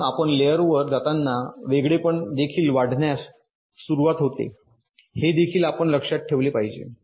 म्हणून आपण लेयर वर जाताना वेगळेपण देखील वाढण्यास सुरवात होते हे देखील आपण लक्षात ठेवले पाहिजे